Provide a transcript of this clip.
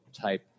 type